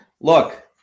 Look